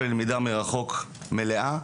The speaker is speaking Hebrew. או ללמידה מרחוק מלאה,